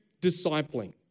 discipling